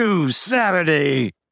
Saturday